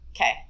Okay